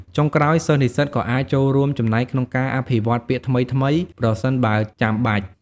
ចុងក្រោយ សិស្សនិស្សិតក៏អាច ចូលរួមចំណែកក្នុងការអភិវឌ្ឍពាក្យថ្មីៗ (ប្រសិនបើចាំបាច់)។